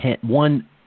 one